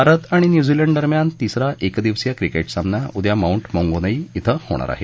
भारत आणि न्यूझीलंडदरम्यान तिसरा एकदिवसीय क्रिकेट सामना उद्या माऊंट मौंगानुई इथं होणार आहे